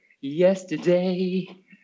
yesterday